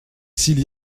s’il